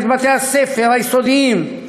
ואת בתי-הספר היסודיים,